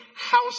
house